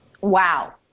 wow